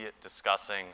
discussing